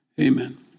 Amen